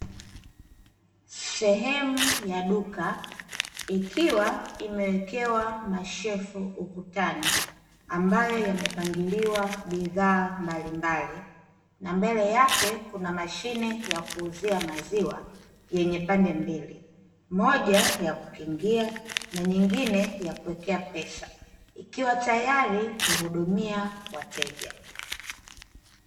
Sehemu ya duka ikiwa imewekewa mashelfu ukutani, ambayo yamepangiliwa bidhaa mbalimbali, na mbele yake kuna mashine ya kuuzia maziwa yenye pande mbili, moja ya kukingia na nyingine ya kuwekea pesa, ikiwa tayari kuhudumia wateja.